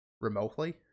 remotely